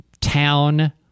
town